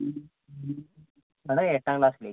madam എട്ടാം ക്ലാസ്സിലേക്ക്